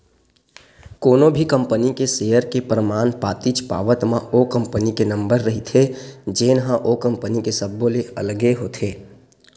कोनो भी कंपनी के सेयर के परमान पातीच पावत म ओ कंपनी के नंबर रहिथे जेनहा ओ कंपनी के सब्बो ले अलगे होथे